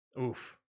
Oof